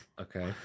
Okay